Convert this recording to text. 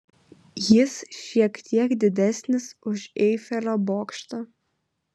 jis šiek tiek didesnis už eifelio bokštą